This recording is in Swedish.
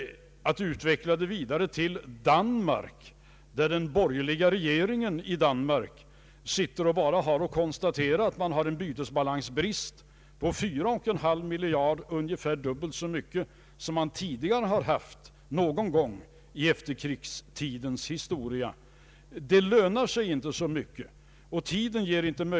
Att utveckla detta vidare till Danmark, där den borgerliga regeringen i dagens läge bara har att konstatera en bytesbalansbrist på 4,5 miljarder, ungefär dubbelt så mycket som man någon gång tidigare haft i efterkrigstidens historia, lönar sig inte heller så mycket.